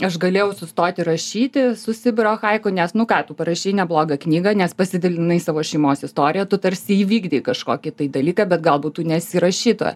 aš galėjau sustoti rašyti su sibiro haiku nes nu ką tu parašei neblogą knygą nes pasidalinai savo šeimos istorija tu tarsi įvykdei kažkokį dalyką bet galbūt tu nesi rašytoja